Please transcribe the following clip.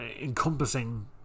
encompassing